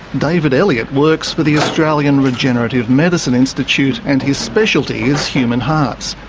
david elliott works for the australian regenerative medicine institute and his specialty is human hearts.